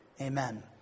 Amen